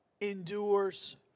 endures